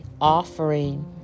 offering